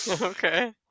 okay